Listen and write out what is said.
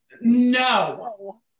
No